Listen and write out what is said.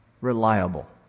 reliable